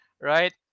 Right